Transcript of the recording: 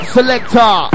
Selector